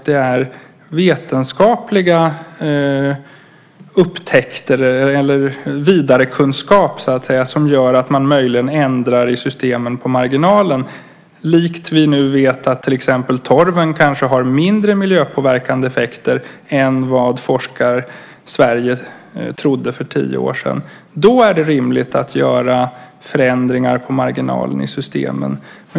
Det är vetenskapliga upptäckter, vidarekunskap, som gör att man möjligen ändrar på marginalen i systemen. Det är likt att vi nu vet att torven kanske har mindre miljöpåverkande effekter än vad Forskar-Sverige trodde för tio år sedan. Då är det rimligt att vidta förändringar på marginalen i systemen.